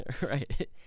Right